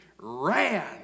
ran